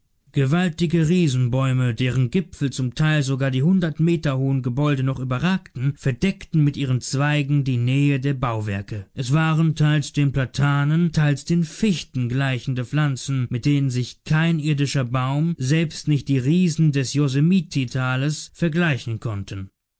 gewaltige riesenbäume deren gipfel zum teil sogar die hundert meter hohen gebäude noch überragten verdeckten mit ihren zweigen die nähe der bauwerke es waren teils den platanen teils den fichten gleichende pflanzen mit denen sich kein irdischer baum selbst nicht die berühmten riesen des yosemite tales vergleichen konnte